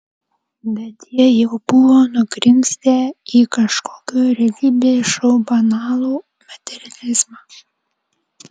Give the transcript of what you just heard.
bet jie jau buvo nugrimzdę į kažkokio realybės šou banalų materializmą